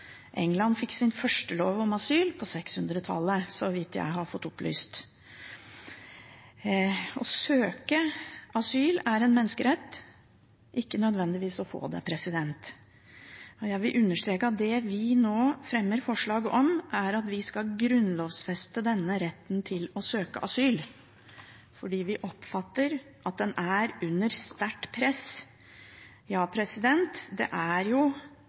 England fikk sin første lov om asyl på 600-tallet, har jeg fått opplyst. Å søke asyl er en menneskerett, men ikke nødvendigvis å få det. Jeg vil understreke at det vi nå fremmer forslag om, er at vi skal grunnlovfeste denne retten til å søke asyl, for vi oppfatter at den er under sterkt press. Ja, det er